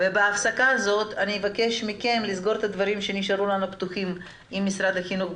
ובינתיים אבקש מכם לסגור את הדברים שנשארו פתוחים עם משרד החינוך,